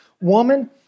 Woman